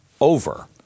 over